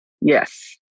Yes